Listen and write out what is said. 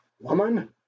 woman